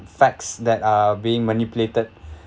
facts that are being manipulated